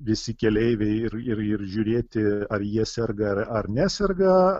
visi keleiviai ir ir ir žiūrėti ar jie serga ar ar neserga